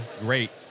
great